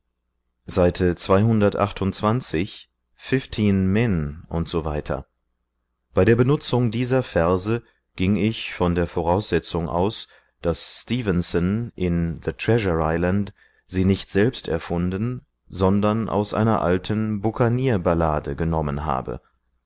s men usw bei der benutzung dieser verse ging ich von der voraussetzung aus daß stevenson in the treasure island sie nicht selbst erfunden sondern aus einer alten buccanier ballade genommen habe